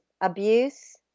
abuse